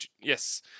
yes